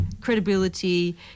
credibility